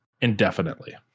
indefinitely